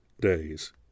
days